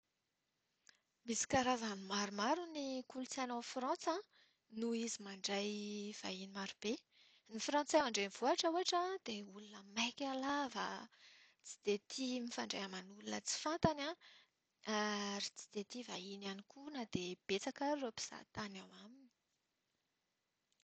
Misy karazany maromaro ny kolotsaina ao Frantsa noho izy mandray vahiny maro be. Ny Frantsay ao an-drenivohitra ohatra dia olona maika lava, tsy dia tia mifandray amin'olona tsy fantany ary tsy dia tia vahiny, na dia betsaka ary ireo mpizaha tany ao aminy.